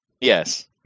Yes